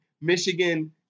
Michigan